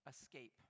escape